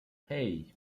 hey